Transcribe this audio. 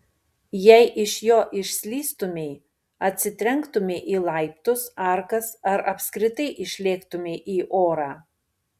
jei iš jo išslystumei atsitrenktumei į laiptus arkas ar apskritai išlėktumei į orą